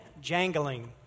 jangling